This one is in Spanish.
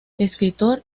escritor